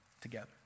together